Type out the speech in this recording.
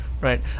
Right